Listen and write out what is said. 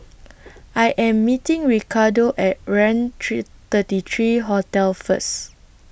I Am meeting Ricardo At Raintr thirty three Hotel First